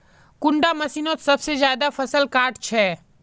कुंडा मशीनोत सबसे ज्यादा फसल काट छै?